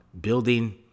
building